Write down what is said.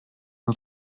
nur